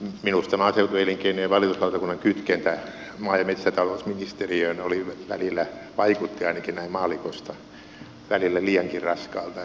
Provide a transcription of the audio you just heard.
minusta maaseutuelinkeinojen valituslautakunnan kytkentä maa ja metsätalousministeriöön välillä vaikutti ainakin näin maallikosta liiankin raskaalta